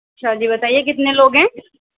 اچھا جی بتائیے کتنے لوگ ہیں